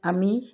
আমি